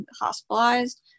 hospitalized